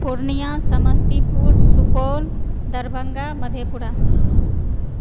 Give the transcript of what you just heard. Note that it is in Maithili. पूर्णिया समस्तीपुर सुपौल दरभङ्गा मधेपुरा